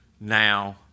now